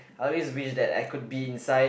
I always wish that I could be inside